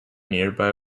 nearby